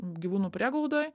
gyvūnų prieglaudoj